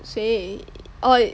谁 oh